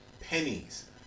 Pennies